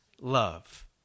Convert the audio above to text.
love